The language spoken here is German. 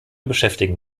beschäftigen